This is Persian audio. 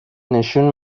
نشون